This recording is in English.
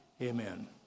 amen